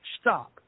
stop